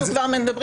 אנחנו כבר מדברים.